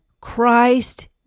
Christ